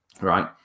right